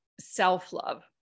self-love